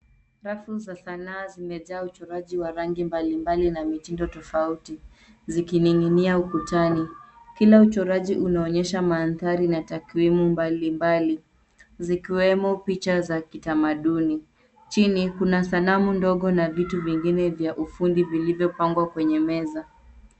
Rafu za sanaa zimejaa uchoraji wa rangi mbalimbali na mitindo tofauti zikining'inia ukutani. Kila uchoraji unonyesha mandhari na takwimu mbalimbali zikiwemo picha za kitamaduni. Chini kuna sanamu ndogo na vitu vingine vya ufundi vilivyopangwa kwenye meza.